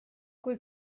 kui